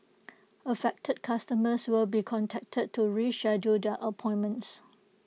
affected customers will be contacted to reschedule their appointments